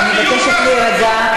אני מבקשת להירגע,